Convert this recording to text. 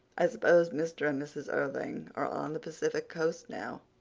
i suppose mr. and mrs. irving are on the pacific coast now.